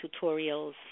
tutorials